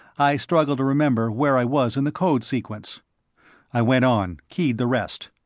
i struggled to remember where i was in the code sequence i went on, keyed the rest.